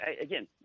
Again